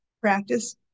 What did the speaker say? practice